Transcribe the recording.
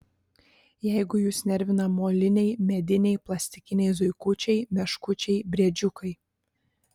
jeigu jus nervina moliniai mediniai plastikiniai zuikučiai meškučiai briedžiukai